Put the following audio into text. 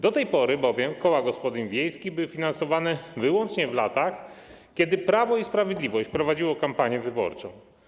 Do tej pory bowiem koła gospodyń wiejskich były finansowane wyłącznie w latach, w których Prawo i Sprawiedliwość prowadziło kampanię wyborczą.